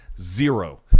Zero